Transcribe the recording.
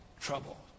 trouble